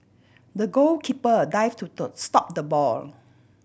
the goalkeeper dive to tow stop the ball